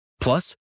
Plus